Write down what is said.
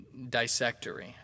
dissectory